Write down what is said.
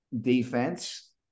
defense